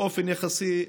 באופן יחסי,